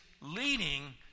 leading